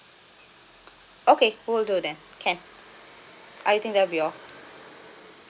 okay we'l do that can I think that will be all